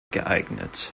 geeignet